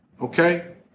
Okay